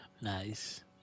Nice